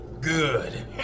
Good